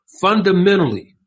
fundamentally